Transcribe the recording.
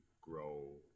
grow